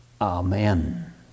Amen